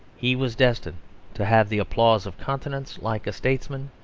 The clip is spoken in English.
he was destined to have the applause of continents like a statesman,